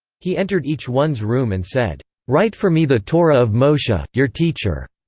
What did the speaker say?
he entered each one's room and said write for me the torah of moshe, your teacher.